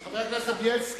החרדים,